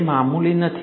તે મામૂલી નથી